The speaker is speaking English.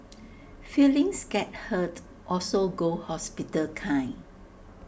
feelings get hurt also go hospital kind